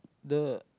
the